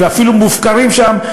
ואפילו מופקרים שם?